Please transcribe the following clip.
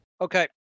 Okay